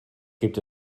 gibt